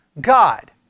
God